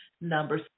number